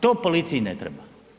To policiji ne treba.